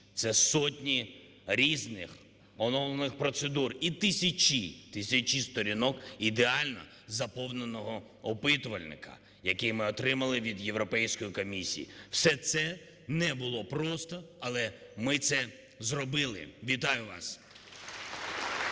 Це сотні різних оновлених процедур і тисячі, тисячі сторінок ідеально заповненого опитувальника, який ми отримали від Європейської комісії. Все це не було просто, але ми це зробили. Вітаю вас.